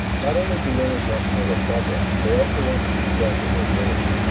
not only do learners want to know their progress, they also want to keep track of their grades.